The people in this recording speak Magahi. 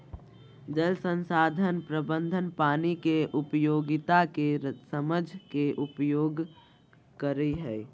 जल संसाधन प्रबंधन पानी के उपयोगिता के समझ के उपयोग करई हई